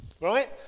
Right